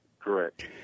Correct